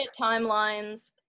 timelines